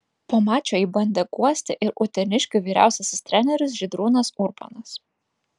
po mačo jį bandė guosti ir uteniškių vyriausiasis treneris žydrūnas urbonas